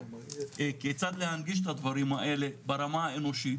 כיצד להנגיש את הדברים האלה ברמה האנושית,